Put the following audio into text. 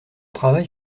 travail